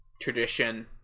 tradition